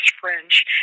French